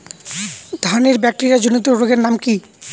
ধানের ব্যাকটেরিয়া জনিত রোগের নাম কি?